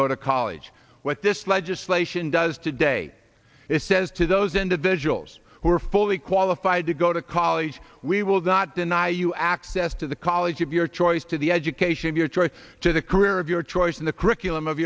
go to college what this legislation does today is says to those individuals who are fully qualified to go to college we will not deny you access to the college of your choice to the education of your choice to the career of your choice in the curriculum of